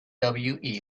wwe